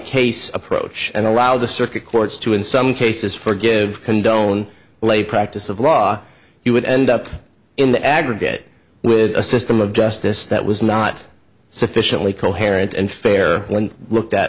case approach and allow the circuit courts to in some cases forgive condone lay practice of law he would end up in the aggregate with a system of justice that was not sufficiently coherent and fair when looked at